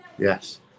Yes